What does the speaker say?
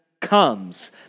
comes